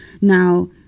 Now